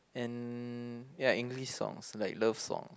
and ya English songs like love songs